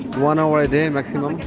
one hour a day, maximum.